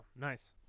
nice